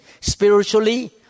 spiritually